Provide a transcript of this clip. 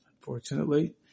unfortunately